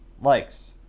likes